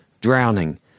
drowning